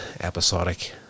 episodic